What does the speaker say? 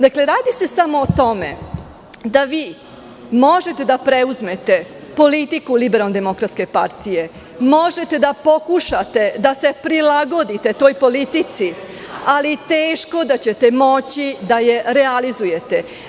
Dakle, radi se samo o tome, da vi možete da preuzmete politiku LDP, možete da pokušate da prilagodite toj politici, ali teško da ćete moći da je realizujete.